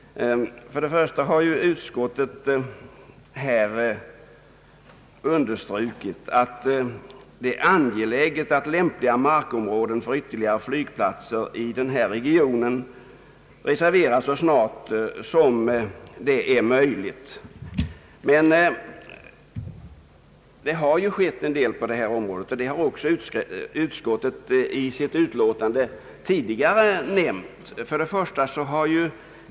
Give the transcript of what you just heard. Utskottet har ju understrukit, att det är angeläget att lämpliga markområden för ytterligare flygplatser i denna region reserveras så snart som det är möjligt. Men det har ju skett en del på detta område, Det har ju utskottet i sitt ut låtande tidigare nämnt.